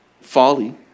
folly